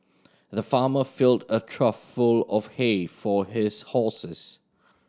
the farmer filled a trough full of hay for his horses